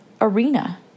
arena